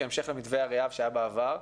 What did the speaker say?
כהמשך למתווה אריאב שהיה בעבר,